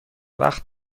وقت